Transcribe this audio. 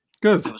Good